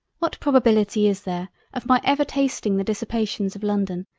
what probability is there of my ever tasting the dissipations of london,